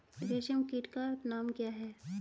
रेशम कीट का नाम क्या है?